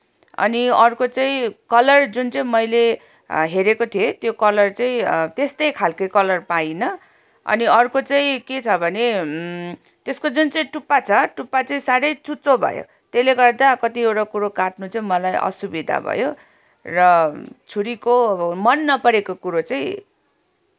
अनि अर्को चाहिँ कलर जुन चाहिँ मैले हेरेको थिएँ त्यो कलर चाहिँ त्यस्तै खालके कलर पाइनँ अनि अर्को चाहिँ के छ भने त्यसको जुन चाहिँ टुप्पा छ टुप्पा चाहिँ साह्रै चुच्चो भयो त्यसले गर्दा कतिवटा कुरो काट्नु चाहिँ मलाई असुविधा भयो र छुरीको मन नपरेको कुरो चाहिँ